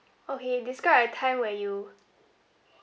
okay describe a time where you